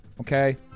Okay